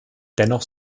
dennoch